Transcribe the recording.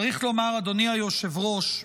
אדוני היושב-ראש,